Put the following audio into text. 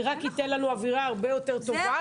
זה רק ייתן לנו אווירה הרבה יותר טובה.